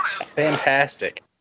Fantastic